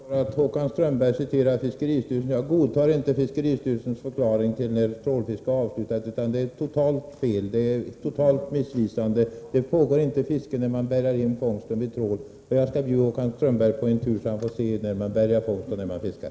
Herr talman! Jag förstår att Håkan Strömberg citerar fiskeristyrelsen, men jag godtar inte dess förklaring till när trålfiske är avslutat, för den är totalt missvisande. Det pågår inte fiske när man bärgar in fångsten vid trål. Jag skall bjuda Håkan Strömberg på en tur, så att han får se när man bärgar fångst och när man fiskar.